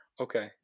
Okay